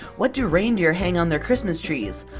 what do reindeer hang on their christmas trees?